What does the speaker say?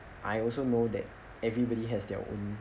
I also know that everybody has their own